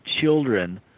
children